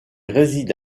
réside